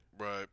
Right